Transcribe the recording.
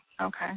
okay